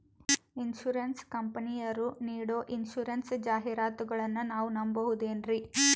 Insurance ಕಂಪನಿಯರು ನೀಡೋ insurance ಜಾಹಿರಾತುಗಳನ್ನು ನಾವು ನಂಬಹುದೇನ್ರಿ?